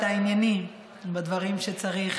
אתה ענייני בדברים שצריך,